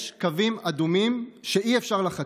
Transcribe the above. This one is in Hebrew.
יש קווים אדומים שאי-אפשר לחצות.